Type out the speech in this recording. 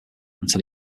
until